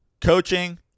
coaching